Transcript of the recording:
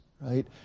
right